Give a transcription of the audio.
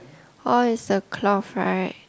oh is the cloth right